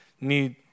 need